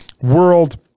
world